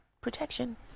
protection